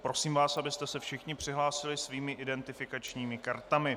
Prosím vás, abyste se všichni přihlásili svými identifikačními kartami.